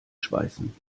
schweißen